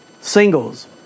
Singles